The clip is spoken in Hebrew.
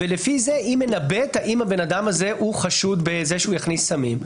ולפי זה היא מנבאת האם האדם חשוד שיכניס סמים.